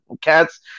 cats